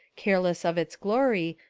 careless of its glory,